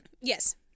Yes